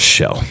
Show